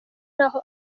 naho